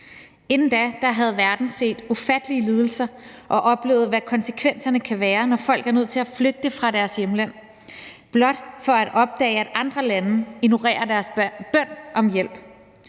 Inden da havde verden set ufattelige lidelser og oplevet, hvad konsekvenserne kan være, når folk er nødt til at flygte fra deres hjemland, blot for at opdage, at andre lande ignorerer deres bøn om hjælp.